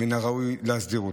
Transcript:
מן הראוי להסדיר אותו.